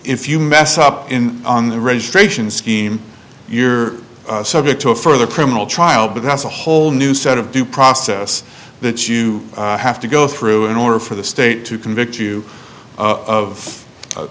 if you mess up in on the ridge gratian scheme you're subject to a further criminal trial but that's a whole new set of due process that you have to go through in order for the state to convict you